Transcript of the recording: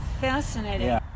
Fascinating